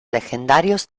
legendarios